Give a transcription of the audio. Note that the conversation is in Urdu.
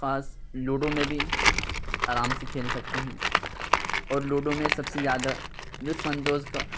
خاص لوڈو میں بھی آرام سے کھیل سکتے ہیں اور لوڈو میں سب سے زیادہ لطف اندوز کا